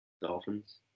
Dolphins